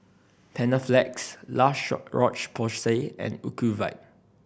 Panaflex La Roche Porsay and Ocuvite